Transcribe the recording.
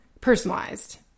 Personalized